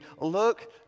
look